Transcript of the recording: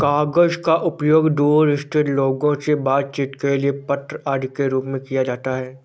कागज का उपयोग दूर स्थित लोगों से बातचीत के लिए पत्र आदि के रूप में किया जाता है